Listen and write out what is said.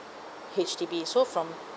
H_D_B so from